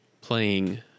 playing